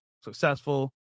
Successful